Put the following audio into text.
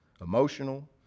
emotional